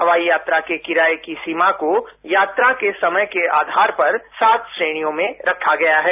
हवाई यात्रा की किराये की सीमा को यात्रा के समय के आधार पर सात श्रेणियों में रखा गया है